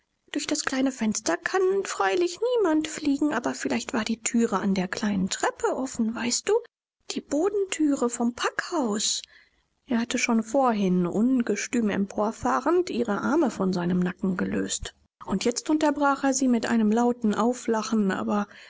durch das kleine fenster kann freilich niemand fliegen aber vielleicht war die thüre an der kleinen treppe offen weißt du die bodenthüre vom packhaus er hatte schon vorhin ungestüm emporfahrend ihre arme von seinem nacken gelöst und jetzt unterbrach er sie mit einem lauten auflachen aber